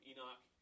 Enoch